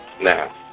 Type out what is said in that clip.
Now